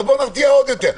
בואו נרתיע עוד יותר.